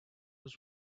was